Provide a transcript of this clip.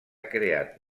creat